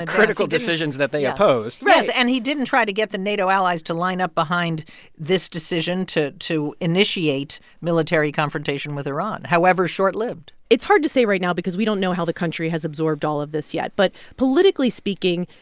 ah critical decisions that they opposed right yes, and he didn't try to get the nato allies to line up behind this decision to to initiate military confrontation with iran, however short-lived it's hard to say right now because we don't know how the country has absorbed all of this yet. but politically speaking,